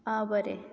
आं बरें